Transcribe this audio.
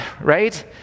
Right